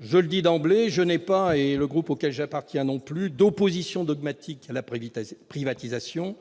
Je le dis d'emblée : je n'ai pas, et le groupe auquel j'appartiens non plus, d'opposition dogmatique à la privatisation.